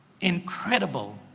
incredible